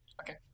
Okay